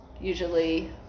usually